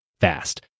fast